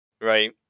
right